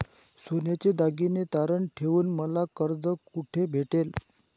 सोन्याचे दागिने तारण ठेवून मला कर्ज कुठे भेटेल?